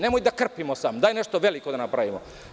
Nemoj da krpimo samo, daj nešto veliko da napravimo.